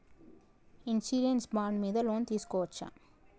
Insurance bond మీద loan తీస్కొవచ్చా?